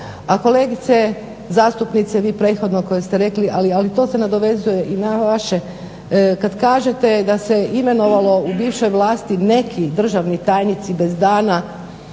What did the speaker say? A kolegice zastupnice vi prethodno koja ste rekli, ali to se nadovezuje i na vaše kad kažete da se imenovalo u bivšoj vlasti neki državni tajnici bez dana